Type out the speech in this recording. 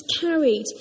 carried